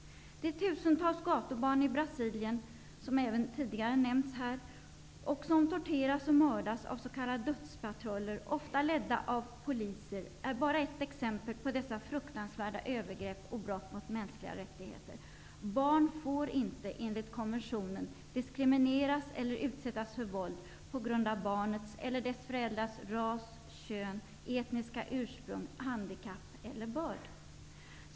De tusentals gatubarn i Brasilien som även tidigare nämnts här och som torterats och mördats av s.k. dödspatruller, ofta ledda av poliser, är bara ett exempel på dessa fruktansvärda övergrepp och brott mot mänskliga rättigheter. Barn får inte, enligt konventionen, diskrimineras eller utsättas för våld på grund av barnets eller dess föräldrars ras, kön, etniska ursprung, handikapp eller börd.